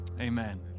Amen